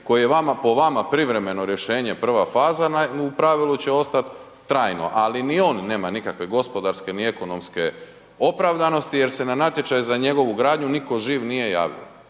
koji je vama, po vama privremeno rješenje prva faza u pravilu će ostat trajno, ali ni on nema nikakve gospodarske ni ekonomske opravdanosti jer se na natječaj za njegovu gradnju niko živ nije javio,